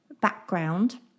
background